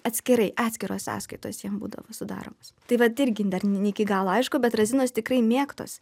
atskirai atskiros sąskaitos jiem būdavo sudaromos tai vat irgi dar ne iki galo aišku bet razinos tikrai mėgtos